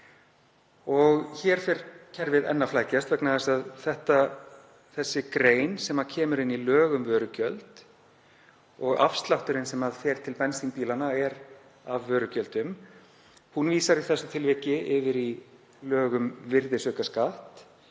og hér fer kerfið enn að flækjast vegna þess að þessi grein, sem kemur inn í lög um vörugjöld, og afslátturinn sem fer til bensínbílanna af vörugjöldum, vísar í þessu tilviki yfir í lög um virðisaukaskatt